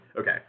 okay